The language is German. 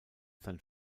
sein